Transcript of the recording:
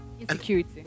insecurity